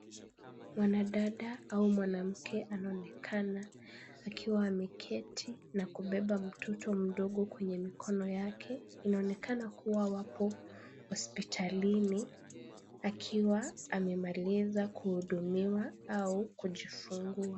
Mwanadada au mwanamke anaonekana akiwa ameketi na kubeba mtoto mdogo kwenye mikono yake. Inaonekana kuwa wapo hospitalini akiwa amemaliza kuhudumiwa au kujifungua.